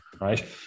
right